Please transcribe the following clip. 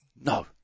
No